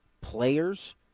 players